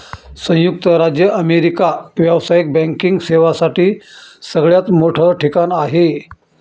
संयुक्त राज्य अमेरिका व्यावसायिक बँकिंग सेवांसाठी सगळ्यात मोठं ठिकाण आहे